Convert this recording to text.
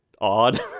odd